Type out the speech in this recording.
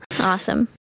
Awesome